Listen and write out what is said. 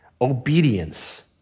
Obedience